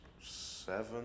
seven